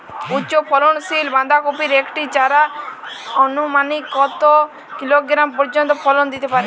উচ্চ ফলনশীল বাঁধাকপির একটি চারা আনুমানিক কত কিলোগ্রাম পর্যন্ত ফলন দিতে পারে?